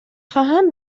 خواهم